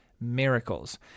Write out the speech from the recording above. miracles